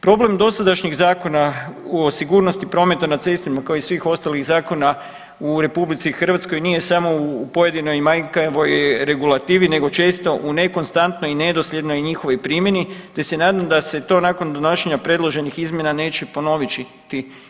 Problem dosadašnjeg Zakona o sigurnosti prometa na cestama kao i svih ostalih zakona u Republici Hrvatskoj nije samo u pojedinoj manjkavoj regulativi, nego često u nekonstantnoj i nedosljednoj njihovoj primjeni, te se nadam da će to nakon donošenja predloženih izmjena neće ponoviti.